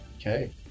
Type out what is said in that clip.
Okay